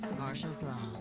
marshalls' law.